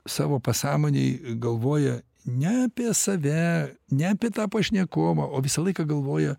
savo pasąmonėj galvoja ne apie save ne apie tą pašnekovą o visą laiką galvoja